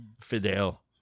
Fidel